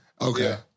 Okay